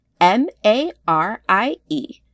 M-A-R-I-E